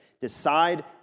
Decide